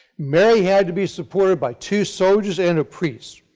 mary had to be supported by two soldiers and her priests.